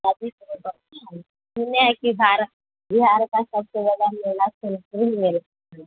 हाज़ीपुर सुने हैं कि भारत बिहार का सबसे बड़ा मेला सोनपुर में